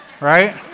right